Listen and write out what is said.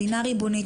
מדינה ריבונית,